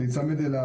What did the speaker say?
ניצמד אליו,